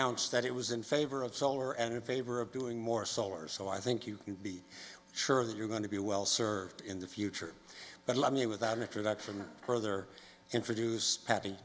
ounced that it was in favor of solar and in favor of doing more solar so i think you can be sure that you're going to be well served in the future but let me without an introduction further introduce patty